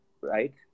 right